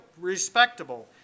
respectable